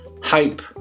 Hype